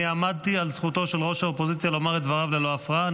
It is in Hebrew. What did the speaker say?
אני עמדתי על זכותו של יושב-ראש האופוזיציה לומר את דבריו ללא הפרעה.